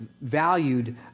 valued